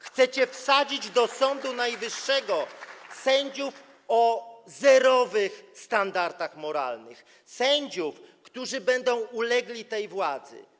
Chcecie wsadzić do Sądu Najwyższego sędziów o zerowych standardach moralnych, sędziów, którzy będą ulegli tej władzy.